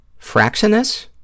Fraxinus